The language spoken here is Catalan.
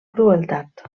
crueltat